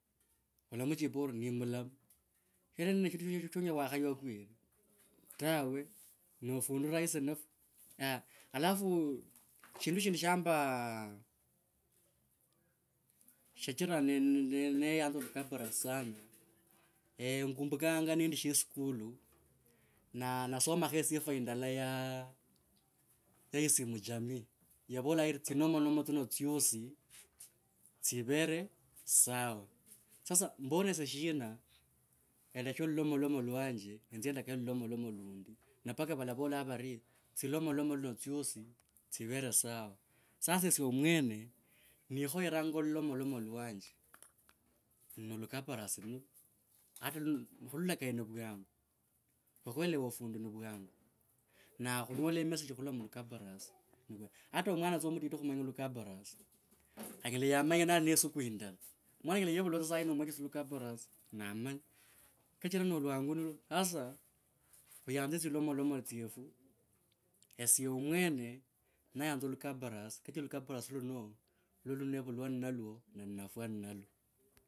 Olamchipa arii ni mlamu shenesho na shindu shonyela wakhaywa kweri tawe, na fundu rahisi nifwo aah alfu shindu shindi shambao shachira neyanza likabras sana ngumbukanga nendi sheskulu, nasomokho sifa indala ya, ya isimu jamiim yavola iri tsinomonomo tsino tsyasi tsivere sawa. Sasa mbona isyo shina eleshe lulomolomo lwanje enzye ndakaye lulomolomo lundi na paka valova var. Tsilomolomo tsino tsyosi tsivere sawa. Sasa esye omwene nikhoeranga olilomolom lwanje, nolukubras nilwo. Ata no, khulolakaya ni vwangu. Okhwelewa fundu ni vyangu. Na khunyola e message khurula mulukabras ata omwana tsa mutiti khumanya lukabras anyela yevulwa tsa sahi nomwechesya lukabras namanya, kachira na lwangu nilwo, hasa khuyanze tsinomonomo tsyefu, esye mwene nayanza lukabras kachira lukabras tuno iwo iwe nevulwa nainalwo na nafwa ninalwo.